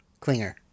Clinger